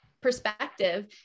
perspective